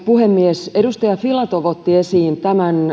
puhemies edustaja filatov otti esiin tämän